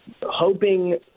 hoping